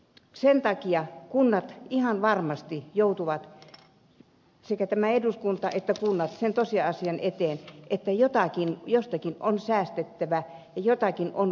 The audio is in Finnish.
sen takia kunnat ihan varmasti joutuvat sekä tämä eduskunta ja kunnat sen tosiasian eteen että jostakin on säästettävä ja jotakin on priorisoitava